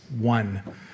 one